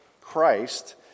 Christ